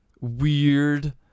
weird